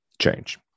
change